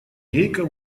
гейка